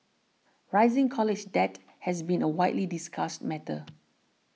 rising college debt has been a widely discussed matter